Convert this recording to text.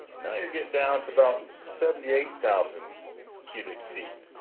now you're getting down to about seventy eight thousand cubic feet.